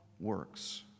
works